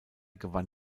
gewann